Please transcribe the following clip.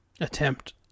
attempt